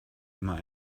immer